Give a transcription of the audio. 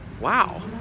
wow